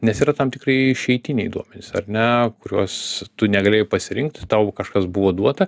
nes yra tam tikri išeitiniai duomenys ar ne kuriuos tu negalėjai pasirinkti tau kažkas buvo duota